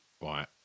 right